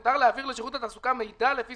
מותר להעביר לשירות התעסוקה מידע לפי